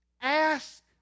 ask